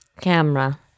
Camera